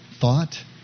thought